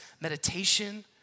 meditation